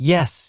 Yes